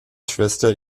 schwester